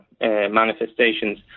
manifestations